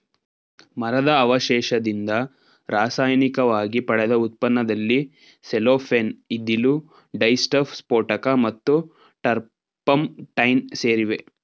ಮರದ ಅವಶೇಷದಿಂದ ರಾಸಾಯನಿಕವಾಗಿ ಪಡೆದ ಉತ್ಪನ್ನದಲ್ಲಿ ಸೆಲ್ಲೋಫೇನ್ ಇದ್ದಿಲು ಡೈಸ್ಟಫ್ ಸ್ಫೋಟಕ ಮತ್ತು ಟರ್ಪಂಟೈನ್ ಸೇರಿವೆ